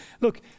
Look